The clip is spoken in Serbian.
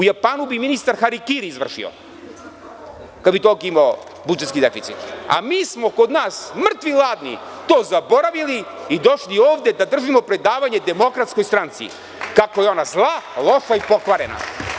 U Japanu bi ministar harikiri izvršio kada bi imao toliki budžetski deficit, a mi smo kod nas mrtvi hladni to zaboravili, došli ovde da držimo predavanje DS kako je ona zla, loša i pokvarena.